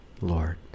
Lord